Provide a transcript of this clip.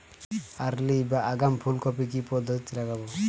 Early বা আগাম ফুল কপি কি পদ্ধতিতে লাগাবো?